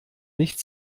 nicht